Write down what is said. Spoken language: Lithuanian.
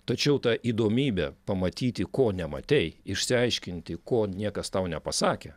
tačiau ta įdomybė pamatyti ko nematei išsiaiškinti ko niekas tau nepasakė